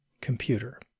computer